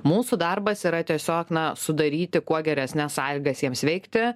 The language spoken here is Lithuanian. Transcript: mūsų darbas yra tiesiog na sudaryti kuo geresnes sąlygas jiems veikti